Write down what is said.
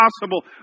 possible